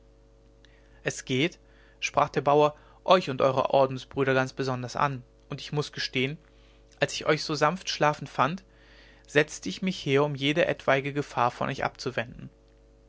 es geht sprach der bauer euch und euere ordensbrüder ganz besonders an und ich muß gestehen als ich euch so sanft schlafend fand setzte ich mich her um jede etwanige gefahr von euch abzuwenden